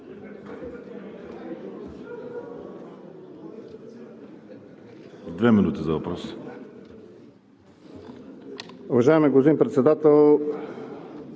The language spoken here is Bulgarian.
две минути за въпрос.